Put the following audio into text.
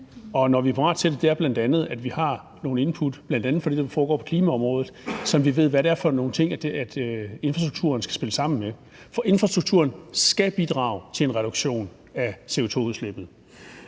hvornår vi er parate til det, er bl.a., når vi har nogle input, bl.a. fra det, der foregår på klimaområdet, sådan at vi ved, hvad det er for nogle ting, infrastrukturen skal spille sammen med. For infrastrukturen skal bidrage til en reduktion af CO2-udslippet.